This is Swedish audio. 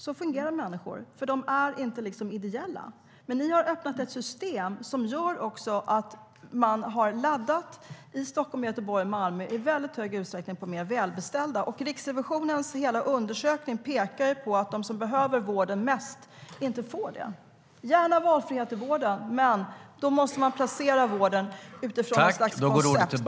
Så fungerar människor. De är inte ideella. Men ni har öppnat ett system som gör att man har satsat i Stockholm, Göteborg och Malmö på mer välbeställda. Riksrevisionens hela rapport pekar ju på att de som behöver vården mest inte får tillgång till den. Gärna valfrihet, men då måste man placera vården utifrån något slags koncept.